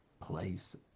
place